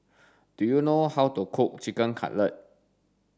do you know how to cook Chicken Cutlet